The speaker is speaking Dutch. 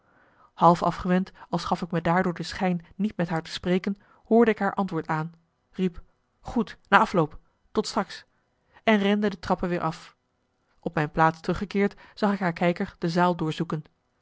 half afgewend als gaf ik me daardoor de schijn niet met haar te spreken hoorde ik haar antwoord aan riep goed na afloop tot straks en rende de trappen weer af op mijn plaats teruggekeerd zag ik haar kijker de zaal